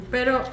Pero